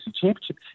Championship